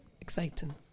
exciting